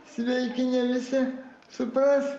sveiki ne visi supras